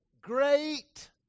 Great